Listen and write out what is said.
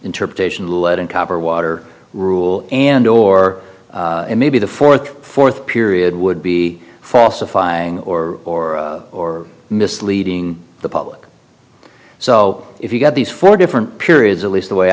interpretation let in copper water rule and or maybe the fourth fourth period would be falsifying or or or misleading the public so if you get these four different periods at least the way